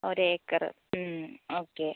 ഒരു acre okay